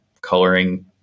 coloring